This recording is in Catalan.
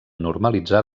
normalitzar